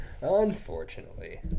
Unfortunately